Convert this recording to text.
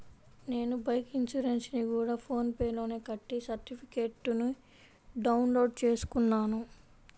నేను బైకు ఇన్సురెన్సుని గూడా ఫోన్ పే లోనే కట్టి సర్టిఫికేట్టుని డౌన్ లోడు చేసుకున్నాను